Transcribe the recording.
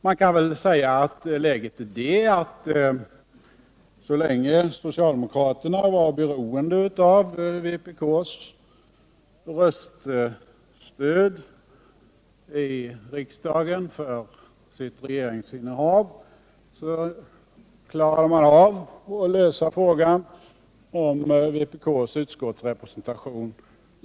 Man kan väl säga att läget är det, att så länge socialdemokraterna för sitt regeringsinnehav var beroende av vpk:s röststöd i riksdagen klarade de av att genom överenskommelser lösa frågan om vpk:s utskottsrepresentation.